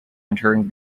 entering